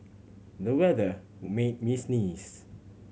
the weather made me sneeze